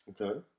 Okay